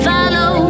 Follow